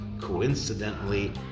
coincidentally